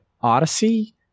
Odyssey